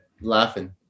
laughing